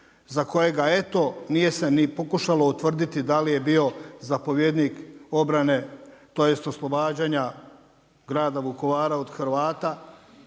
za kojega eto, nije se ni pokušalo utvrditi da li je bio zapovjednik obrane tj. oslobađanja grada Vukovara od Hrvata,